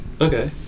Okay